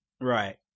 Right